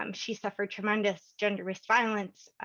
um she suffered tremendous gender-based violence,